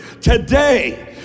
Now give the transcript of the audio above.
today